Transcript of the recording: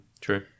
true